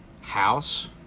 House